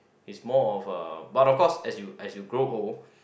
is more of a but of course as you as you grow old